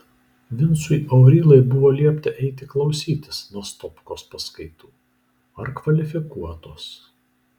vincui aurylai buvo liepta eiti klausytis nastopkos paskaitų ar kvalifikuotos